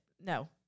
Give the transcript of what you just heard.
No